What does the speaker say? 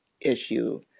issue